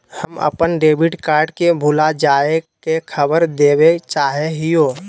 हम अप्पन debit card के भुला जाये के खबर देवे चाहे हियो